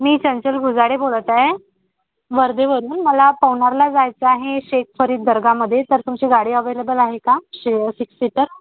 मी चंचल घुजाडे बोलतं आहे वर्धेवरून मला पवनारला जायचं आहे शेखशरीफ दर्गामध्ये तर तुमची गाडी अवेलेबल आहे का शे सिक्स सीटर